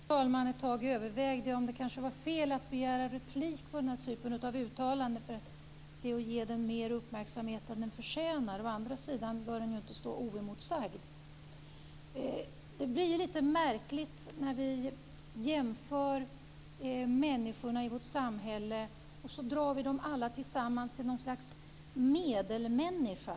Fru talman! Ett tag övervägde jag om det var fel att begära replik på ett sådant här uttalande, därför att det skulle kunna ge det mer uppmärksamhet än det förtjänar. Å andra sidan bör det inte stå oemotsagt. Det blir litet märkligt när man jämför människorna i vårt samhälle och sammanför dem alla till något slags medelmänniska.